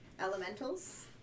elementals